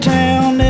town